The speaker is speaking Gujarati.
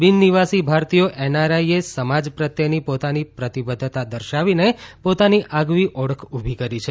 બિન નિવાસી ભારતીયો એનઆરઆઇએ સમાજ પ્રત્યેની પોતાની પ્રતિબધ્ધતા દર્શાવીને પોતાની આગવી ઓળખ ઉભી કરી છે